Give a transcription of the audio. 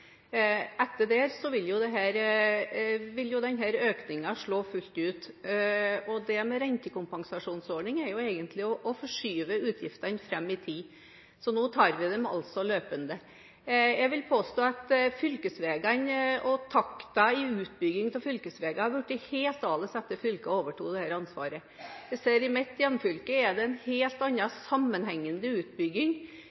Etter det vil denne økningen slå fullt ut. Det med rentekompensasjonsordning er jo egentlig å forskyve utgiftene fram i tid. Så nå tar vi dem altså løpende. Jeg vil påstå at fylkesveiene og takten i utbygging av fylkesveiene har blitt helt annerledes etter at fylkene overtok dette ansvaret. Jeg ser at i mitt hjemfylke er det en annen sammenhengende utbygging, en helt